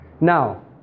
Now